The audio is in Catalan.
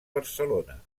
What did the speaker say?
barcelona